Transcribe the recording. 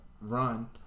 run